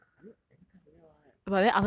ya ya ya I mean every class like that [what]